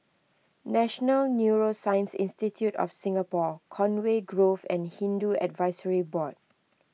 National Neuroscience Institute of Singapore Conway Grove and Hindu Advisory Board